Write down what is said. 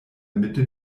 mitte